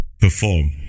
perform